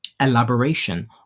elaboration